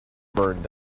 burned